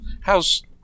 How's